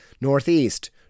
Northeast